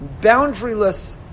boundaryless